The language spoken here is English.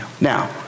Now